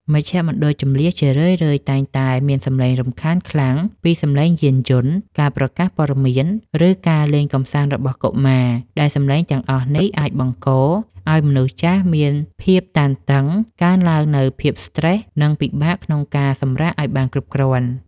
មជ្ឈមណ្ឌលជម្លៀសជារឿយៗតែងតែមានសម្លេងរំខានខ្លាំងពីសម្លេងយានយន្ត ការប្រកាសព័ត៌មាន ឬការលេងកម្សាន្តរបស់កុមារ ដែលសម្លេងទាំងអស់នេះអាចបង្កឱ្យមនុស្សចាស់មានភាពតានតឹង កើនឡើងនូវភាពស្ត្រេស និងពិបាកក្នុងការសម្រាកឱ្យបានគ្រប់គ្រាន់។